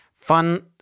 Fun